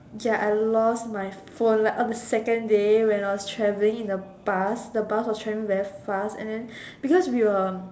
ya I lost my phone like on the second day when I was traveling in the bus the bus was traveling very fast and then because we were